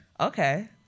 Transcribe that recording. Okay